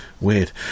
weird